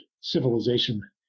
civilization